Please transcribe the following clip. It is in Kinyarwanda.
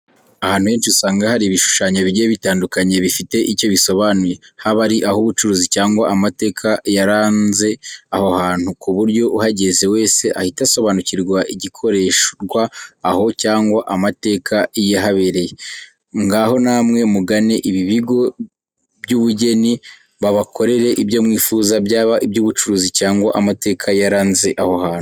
Ahantu henshi usanga hari ibishushanyo bigiye bitandukanye bifite icyo bisobanuye, haba ari ah'ubucuruzi cyangwa amateka yaranze aho hantu, ku buryo uhageze wese ahita asobanukirwa igikorerwa aho cyangwa amateka yahabereye. Ngaho namwe mugane ibi bigo byubugene, babakorere ibyo mwifuza byaba iby'ubucuruzi cyangwa amateka yaranze aho hantu.